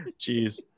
jeez